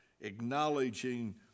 acknowledging